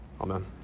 Amen